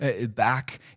back